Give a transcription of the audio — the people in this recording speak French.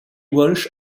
walsh